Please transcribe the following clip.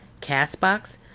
Castbox